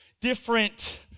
different